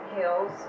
hills